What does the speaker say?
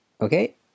Okay